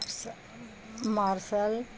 martial